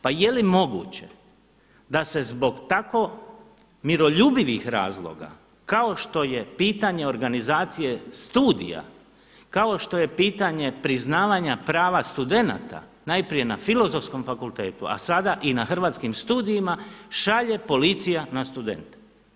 Pa je li moguće da se zbog tako miroljubivih razloga kao što je pitanje organizacije studija, kao što je pitanje priznavanja prava studenata najprije na Filozofskom fakultetu, a sada i na Hrvatskim studijima šalje policija na studente.